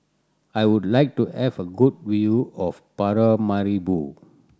I would like to have a good view of Paramaribo